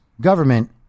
government